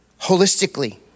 holistically